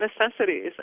necessities